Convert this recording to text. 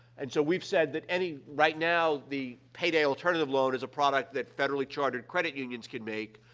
and so, we've said that any right now, the payday alternative loan is a product that federally chartered credit unions can make,